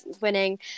winning